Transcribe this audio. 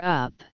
up